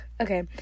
Okay